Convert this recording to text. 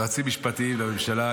יועצים משפטיים לממשלה,